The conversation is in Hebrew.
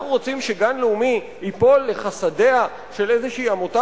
אנחנו רוצים שגן לאומי ייפול לחסדיה של איזו עמותה